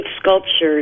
sculptures